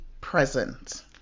present